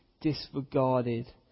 disregarded